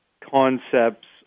concepts